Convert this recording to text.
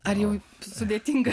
ar jau sudėtinga